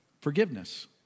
forgiveness